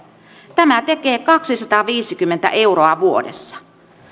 tämä tekee kaksisataaviisikymmentä euroa vuodessa